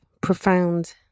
profound